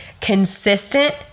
Consistent